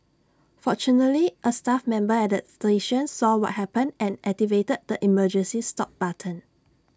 fortunately A staff member at the station saw what happened and activated the emergency stop button